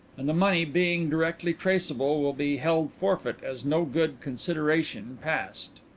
and the money, being directly traceable, will be held forfeit as no good consideration passed.